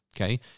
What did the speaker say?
okay